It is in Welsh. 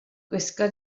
gwisga